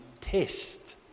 test